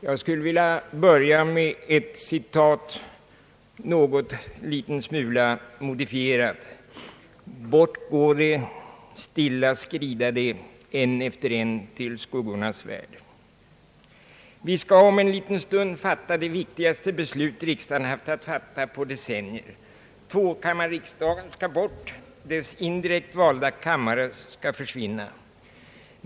Jag vill börja med ett citat, en liten smula modifierat: Bort gå de, stilla skrida de, en efter en till skuggornas värld. Vi skall om en liten stund fatta det viktigaste beslut riksdagen haft att fatta på decennier. Tvåkammarriksdagen skall bort, dess indirekt valda kammare skall försvinna.